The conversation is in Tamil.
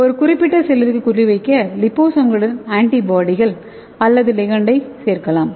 ஒரு குறிப்பிட்ட செல்லிற்கு குறி வைக்க லிபோசோம்களுடன் ஆன்டிபாடிகள் அல்லது லிகண்டை சேர்க்கலாம்